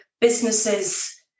businesses